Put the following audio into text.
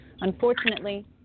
Unfortunately